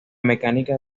mecánica